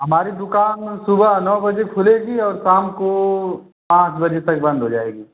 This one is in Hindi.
हमारी दुकान सुबह नौ बजे खुलेगी और शाम को आठ बजे तक बंद हो जाएगी